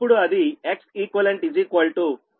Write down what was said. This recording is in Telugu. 10 P